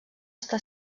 està